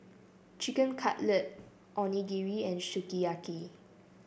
Chicken Cutlet Onigiri and Sukiyaki